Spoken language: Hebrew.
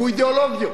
והוא אידיאולוגי,